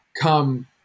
come